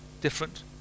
different